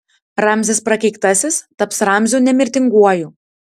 ramzis prakeiktasis taps ramziu nemirtinguoju